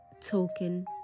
token